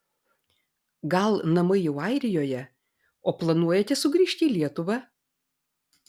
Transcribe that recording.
gal namai jau airijoje o planuojate sugrįžti į lietuvą